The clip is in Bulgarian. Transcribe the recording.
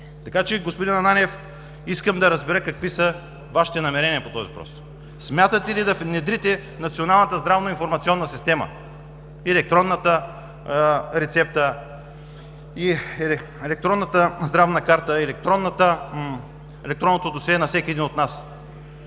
БОЙЧЕВ: Господин Ананиев, искам да разбера какви са Вашите намерения по този въпрос? Смятате ли да внедрите Националната здравноинформационна система, електронната рецепта, електронната здравна карта, електронното досие на всеки един от нас?